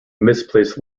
misplaced